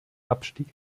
abstieg